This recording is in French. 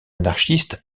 anarchistes